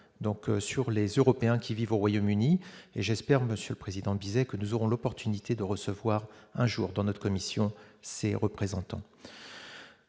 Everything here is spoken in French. donc sur les Européens qui vivent au Royaume-Uni et j'espère, Monsieur le Président, que nous aurons l'opportunité de recevoir un jour dans notre commission ses représentants,